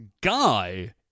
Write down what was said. Guy